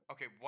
Okay